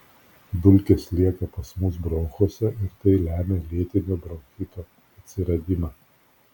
dulkės lieka pas mus bronchuose ir tai lemia lėtinio bronchito atsiradimą